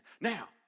Now